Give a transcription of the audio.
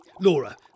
Laura